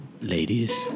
ladies